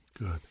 Good